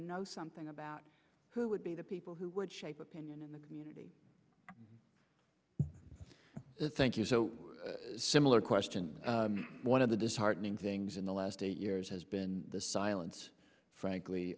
know something about who would be the people who would shape opinion in the community thank you so similar question one of the disheartening things in the last eight years has been the silence frankly